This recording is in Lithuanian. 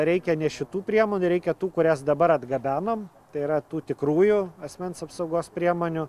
reikia ne šitų priemonių reikia tų kurias dabar atgabenom tai yra tų tikrųjų asmens apsaugos priemonių